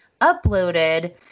uploaded